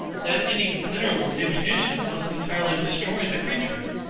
that any considerable diminution must entirely destroy the creature.